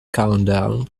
countdown